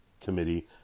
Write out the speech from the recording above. Committee